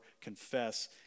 confess